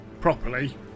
properly